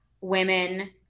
women